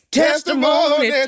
testimony